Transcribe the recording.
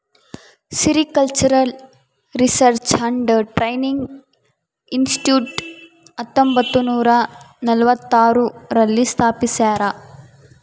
sericultural research and training institute ಹತ್ತೊಂಬತ್ತುನೂರ ನಲವತ್ಮೂರು ರಲ್ಲಿ ಸ್ಥಾಪಿಸ್ಯಾರ